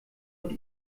und